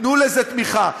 תנו לזה תמיכה.